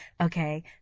Okay